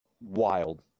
wild